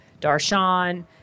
Darshan